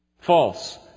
False